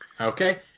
Okay